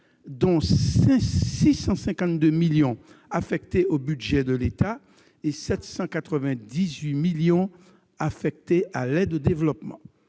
dont 652 millions affectés au budget de l'État et 798 millions à l'aide au développement.